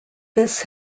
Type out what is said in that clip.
this